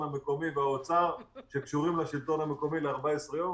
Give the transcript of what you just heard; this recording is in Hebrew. המקומי והאוצר שקשורים לשלטון המקומי לבידוד של 14 ימים.